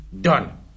done